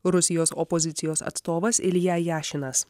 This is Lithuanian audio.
rusijos opozicijos atstovas ilja jašinas